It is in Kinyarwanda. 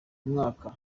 mwaka